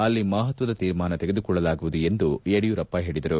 ಅಲ್ಲಿ ಮಹತ್ವದ ತೀರ್ಮಾನ ತೆಗೆದುಕೊಳ್ಳಲಾಗುವುದು ಎಂದು ಯಡಿಯೂರಪ್ಪ ಹೇಳಿದರು